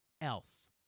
else